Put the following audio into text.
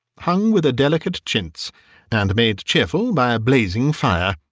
hung with a delicate chintz and made cheerful by a blazing fire.